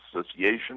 Association